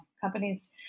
companies